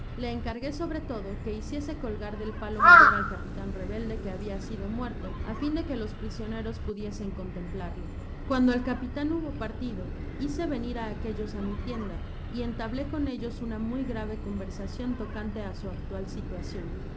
le encargué sobre todo que hiciese colgar del palo mayor al capitan rebelde que habia sido muerto á fin de que los prisioneros pu diesen contemplarlo content from google book search generated at guando el capitan hubo partido hice venir aquellos a mi tienda y entabló con ellos una muy grave conversacion locante á su actual situacion